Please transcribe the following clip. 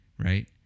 Right